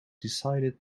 decided